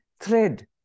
thread